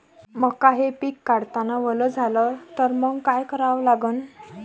मका हे पिक काढतांना वल झाले तर मंग काय करावं लागन?